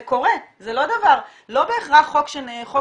זה קורה, זה לא דבר לא בהכרח חוק עונשין